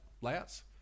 layouts